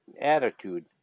attitude